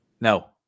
No